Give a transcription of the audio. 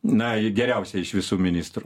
na geriausiai iš visų ministrų